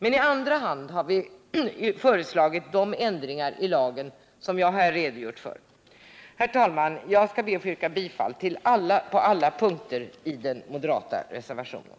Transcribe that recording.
I andra hand har vi föreslagit de ändringar i lagen som jag här redogjort för. Herr talman! Jag ber att få yrka bifall till alla punkter i den moderata reservationen.